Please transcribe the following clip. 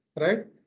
right